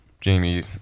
Jamie